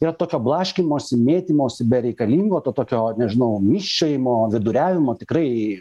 yra tokio blaškymosi mėtymosi bereikalingo to tokio nežinau myžčiojimo viduriavimo tikrai